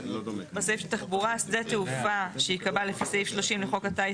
בסעיף של תחבורה "שדה תעופה שייקבע לפי סעיף 22 לחוק הטיס,